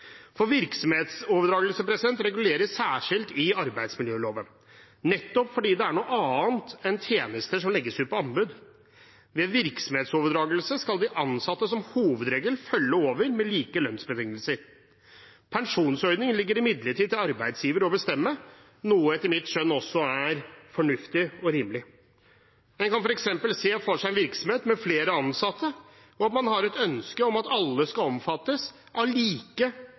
Virksomhetsoverdragelse reguleres særskilt i arbeidsmiljøloven, nettopp fordi det er noe annet enn tjenester som legges ut på anbud. Ved virksomhetsoverdragelse skal de ansatte som hovedregel følge over med like lønnsbetingelser. Pensjonsordningen ligger det imidlertid til arbeidsgiver å bestemme, noe som etter mitt skjønn også er fornuftig og rimelig. En kan f.eks. se for seg en virksomhet med flere ansatte og at man har et ønske om at alle skal omfattes av like